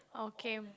okay